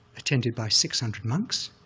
attended by six hundred monks,